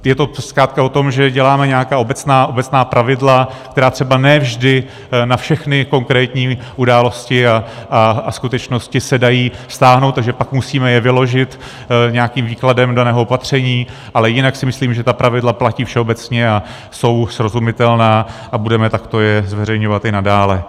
Je to zkrátka o tom, že děláme nějaká obecná pravidla, která třeba ne vždy na všechny konkrétní události a skutečnosti se dají vztáhnout, takže pak je musíme vyložit nějakým výkladem daného opatření, ale jinak si myslím, že ta pravidla platí všeobecně a jsou srozumitelná a budeme je takto zveřejňovat i nadále.